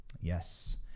Yes